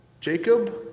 Jacob